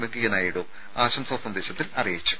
വെങ്കയ്യ നായിഡു ആശംസാ സന്ദേശത്തിൽ അറിയിച്ചു